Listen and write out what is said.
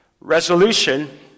Resolution